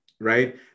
Right